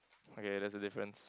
okay that's the difference